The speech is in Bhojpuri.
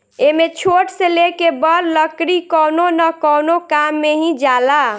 एमे छोट से लेके बड़ लकड़ी कवनो न कवनो काम मे ही जाला